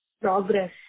progress